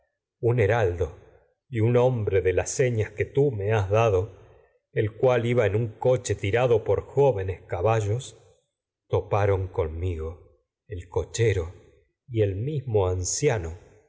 un heraldo y un hombre co señas que has dado el cual iba en un che tirado por jóvenes caballos me me toparon conmigo el cochero y el mismo anciano